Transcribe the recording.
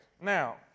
Now